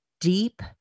deep